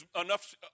enough